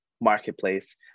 marketplace